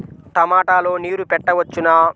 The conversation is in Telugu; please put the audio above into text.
టమాట లో నీరు పెట్టవచ్చునా?